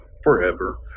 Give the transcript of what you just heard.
forever